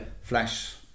Flash